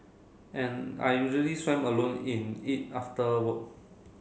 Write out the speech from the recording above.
and I usually swam alone in it after work